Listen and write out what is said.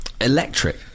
electric